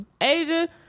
Asia